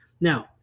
Now